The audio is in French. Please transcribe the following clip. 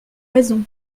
raison